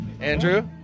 Andrew